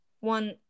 one